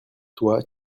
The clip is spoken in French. toi